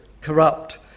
corrupt